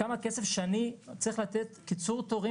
כמה כסף שאני צריך לתת לקיצור תורים